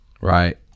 right